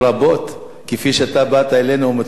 כפי שאתה באת אלינו מתחום מקצועי.